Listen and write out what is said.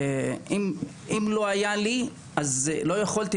אם לא היה לי, לא הייתי יכול.